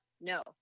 no